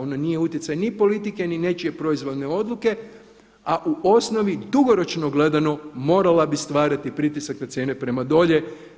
Ono nije utjecaj ni politike ni nečije proizvoljne odluke, a u osnovi dugoročno gledano morala bi stvarati pritisak na cijene prema dolje.